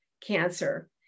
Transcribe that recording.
cancer